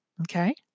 Okay